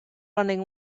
running